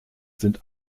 sind